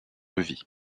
levis